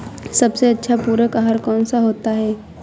सबसे अच्छा पूरक आहार कौन सा होता है?